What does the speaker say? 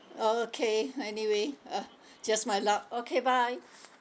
okay anyway uh just my luck okay bye